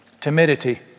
Timidity